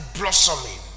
blossoming